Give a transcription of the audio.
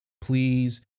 please